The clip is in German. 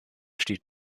steht